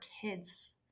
kids